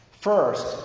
First